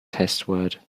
testword